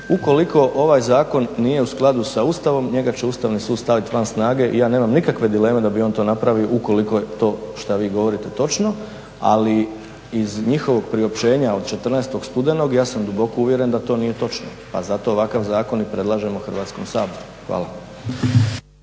ukoliko ovaj zakon nije u skladu sa Ustavom njega će Ustavni sud staviti van snage i ja nemam nikakve dileme da bi on to napravio ukoliko je to šta vi govorite točno. Ali iz njihovog priopćenja od 14. studenog ja sam duboko uvjeren da to nije točno pa zato ovakav zakon i predlažemo Hrvatskom saboru. Hvala.